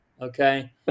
okay